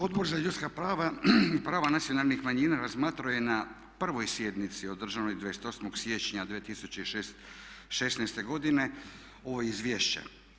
Odbor za ljudska prava i prava nacionalnih manjina razmatrao je na 1. sjednici održanoj 28. siječnja 2016. godine ovo izvješće.